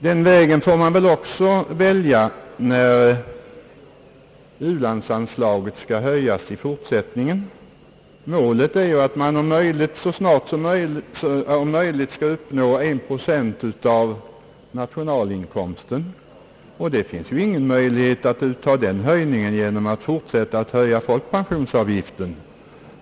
Den vägen får man väl också välja när u-landsanslaget skall höjas i fortsättningen. Målet är ju att man så snart som möjligt skall komma upp till en procent av nationalinkomsten, och det finns ju ingen möjlighet att komma dithän genom att fortsätta att höja folkpensionsavgiften.